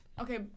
Okay